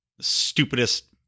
Stupidest